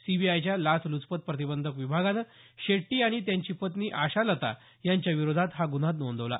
सीबीआयच्या लाचलुचपत प्रतिबंधक विभागानं शेट्टी आणि त्यांची पत्नी आशालता यांच्याविरोधात हा गुन्हा नोंदवला